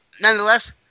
nonetheless